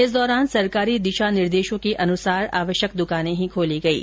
इस दौरान सरकारी दिशा निर्देशों के अनुसार आवश्यक दुकाने ही खोली गयी